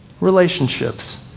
relationships